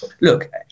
Look